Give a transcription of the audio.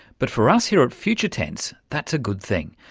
but for us here at future tense that's a good thing,